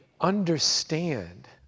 understand